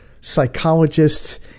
psychologists